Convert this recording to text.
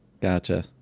gotcha